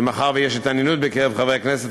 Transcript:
ומאחר שיש התעניינות בקרב חברי הכנסת,